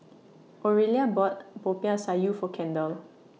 Oralia bought Popiah Sayur For Kendal